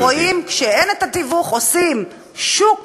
אנחנו רואים שכשאין תיווך עושים שוק